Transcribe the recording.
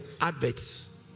adverts